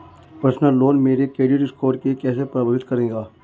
Personal loan मेरे credit score को कैसे प्रभावित करेगा?